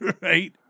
right